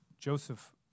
Joseph